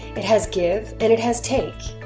it has give and it has take,